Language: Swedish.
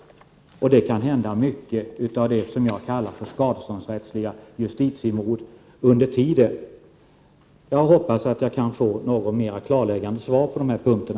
Det kan hända mycket av det som jag kallar skadeståndsrättsliga justitiemord under tiden. Jag hoppas att jag kan få några mera klarläggande svar på de här punkterna.